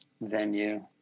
venue